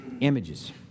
images